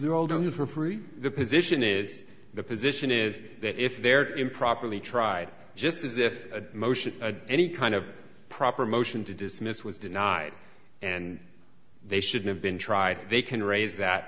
they're all doing it for free the position is the position is that if they're improperly tried just as if a motion of any kind of proper motion to dismiss was denied and they should have been tried they can raise that